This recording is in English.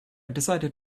decided